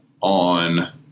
on